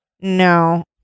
No